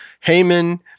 Haman